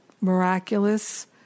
miraculous